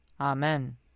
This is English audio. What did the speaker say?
Amen